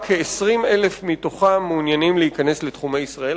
רק כ-20,000 מתוכם מעוניינים להיכנס לתחומי ישראל.